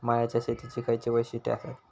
मळ्याच्या शेतीची खयची वैशिष्ठ आसत?